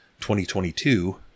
2022